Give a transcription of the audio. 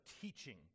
teaching